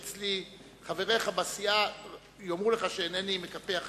חבריך בסיעה יאמרו לך שאינני מקפח איש,